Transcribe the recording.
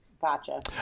Gotcha